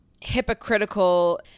hypocritical